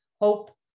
hope